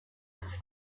its